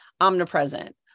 omnipresent